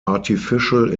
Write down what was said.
artificial